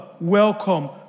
welcome